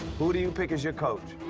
who do you pick as your coach?